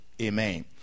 Amen